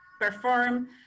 perform